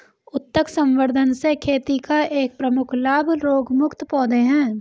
उत्तक संवर्धन से खेती का एक प्रमुख लाभ रोगमुक्त पौधे हैं